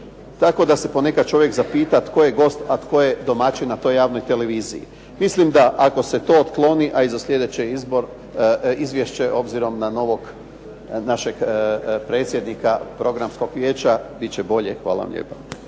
tako da se ponekad čovjek zapita tko je gost a tko je domaćin na toj javnoj televiziji. Mislim da ako se to otkloni a i za slijedeće izvješće obzirom na novog našeg predsjednika Programskog vijeća bit će bolje. Hvala vam lijepa.